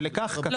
ולכך קק"ל מתנגדת.